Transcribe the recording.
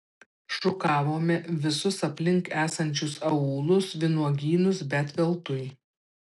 šukavome visus aplink esančius aūlus vynuogynus bet veltui